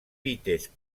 vitesse